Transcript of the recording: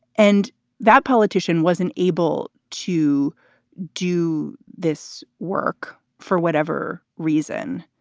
and that politician wasn't able to do this work for whatever reason,